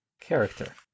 character